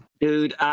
Dude